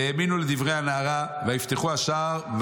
והאמינו לדברי הנערה ויפתחו השער,